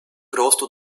росту